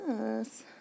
yes